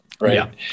Right